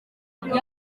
bwite